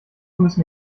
müssen